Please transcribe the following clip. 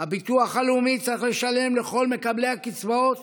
הביטוח הלאומי צריך לשלם לכל מקבלי הקצבאות